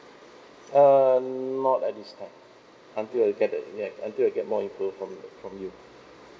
uh not at this time until I get the ya until I get more from from you